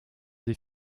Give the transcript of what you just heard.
des